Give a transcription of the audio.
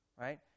Right